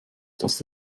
dass